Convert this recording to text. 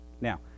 Now